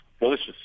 Delicious